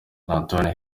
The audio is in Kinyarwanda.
antoine